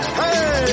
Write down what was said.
hey